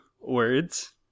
words